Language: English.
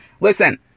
listen